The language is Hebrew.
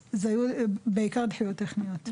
אז אלה היו בעיקר דחיות טכניות.